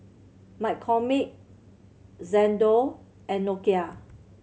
McCormick Xndo and Nokia